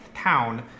town